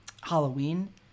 Halloween